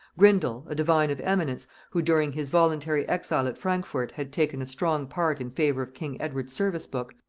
grindal, a divine of eminence, who during his voluntary exile at frankfort had taken a strong part in favor of king edward's service-book,